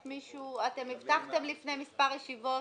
אתם הבטחתם לפני מספר ישיבות,